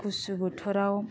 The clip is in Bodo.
गुसु बोथोराव